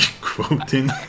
quoting